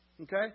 Okay